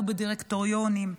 לא בדירקטוריונים,